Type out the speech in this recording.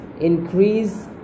increase